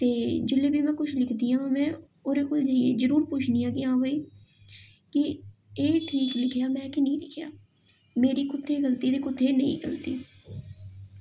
ते जेल्लै बी में कुछ लिखदी आं में ओह्दे कोल जाइयै जरूर पुच्छनी आं कि हां भाई कि एह् ठीक लिखेआ कि में नेईं लिखेआ मेरी कु'त्थें गल्ती ते कु'त्थें नेईं गल्ती